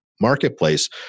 marketplace